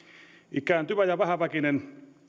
ikääntyvä ja vähäväkinen